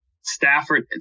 Stafford